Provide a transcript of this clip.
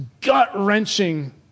gut-wrenching